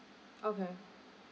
okay